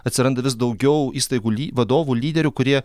atsiranda vis daugiau įstaigų ly vadovų lyderių kurie